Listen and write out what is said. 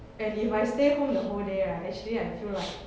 and if I stay home the whole day right actually I feel like